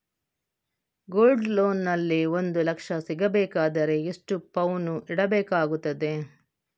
Gold loan ನಲ್ಲಿ ಒಂದು ಲಕ್ಷ ಸಿಗಬೇಕಾದರೆ ಎಷ್ಟು ಪೌನು ಇಡಬೇಕಾಗುತ್ತದೆ?